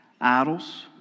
idols